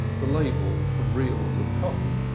the labels from reels of cotton,